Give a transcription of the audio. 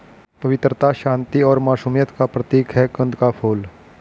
पवित्रता, शांति और मासूमियत का प्रतीक है कंद का फूल